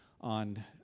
on